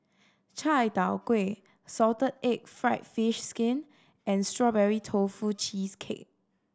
chai tow kway salted egg fried fish skin and Strawberry Tofu Cheesecake